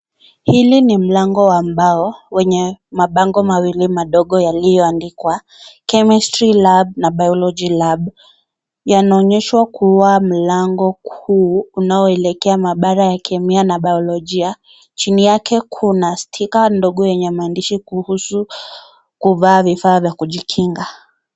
Hili ni mlango wa mbao wenye mabango mawili madogo yaliyoandikwa, chemistry lab na biology lab . Yanaonyeshwa kuwa mlango kuu, unaelekea mahabara ya kemia na biolojia. Chini yake kuna stika ndogo yenye maandishi kuhusu, kuvaa vifaa vya kujikinga.